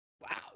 wow